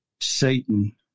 Satan